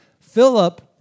Philip